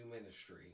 ministry